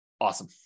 Awesome